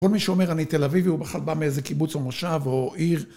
כל מי שאומר אני תל אביבי הוא בכלל בא מאיזה קיבוץ או מושב או עיר.